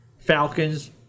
Falcons